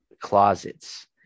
closets